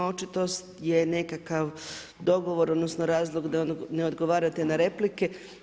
Očito je nekakav dogovor odnosno razlog da ne odgovarate na replike.